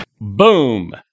Boom